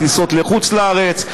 טיסות לחוץ לארץ,